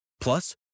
Plus